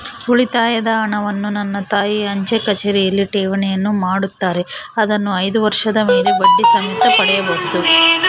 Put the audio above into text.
ಉಳಿತಾಯದ ಹಣವನ್ನು ನನ್ನ ತಾಯಿ ಅಂಚೆಕಚೇರಿಯಲ್ಲಿ ಠೇವಣಿಯನ್ನು ಮಾಡುತ್ತಾರೆ, ಅದನ್ನು ಐದು ವರ್ಷದ ಮೇಲೆ ಬಡ್ಡಿ ಸಮೇತ ಪಡೆಯಬಹುದು